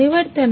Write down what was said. పరివర్తన